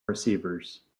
receivers